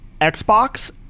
Xbox